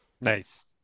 Nice